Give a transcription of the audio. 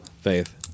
faith